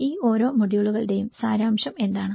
ഈ ഓരോ മൊഡ്യൂളുകളുടെയും സാരാംശം എന്താണ്